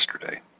yesterday